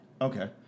Okay